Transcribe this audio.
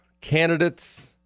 candidates